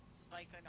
spike